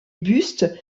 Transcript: bustes